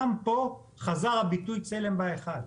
גם פה חזר הביטוי צלם בהיכל.